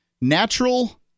natural